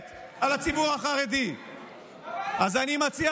הפריון של גבר חרדי כל כך נמוך,